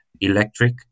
electric